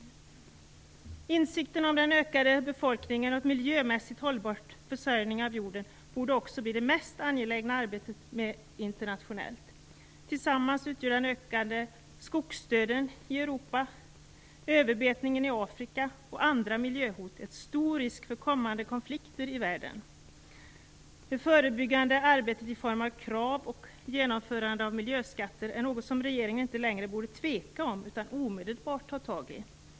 Insikten om den ökande befolkningen och om vikten av en miljömässigt hållbar försörjning av jorden borde också bli det mest angelägna att arbeta med internationellt. Den ökande skogsdöden i Europa och överbetningen i Afrika utgör tillsammans med andra miljöhot en stor risk för kommande konflikter i världen. Ett förebyggande arbete i form av krav på och genomförande av miljöskatter är något som regeringen inte längre borde tveka om, utan omedelbart ta tag i.